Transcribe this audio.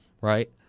right